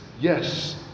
yes